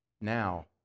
now